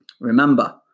Remember